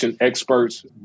experts